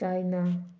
China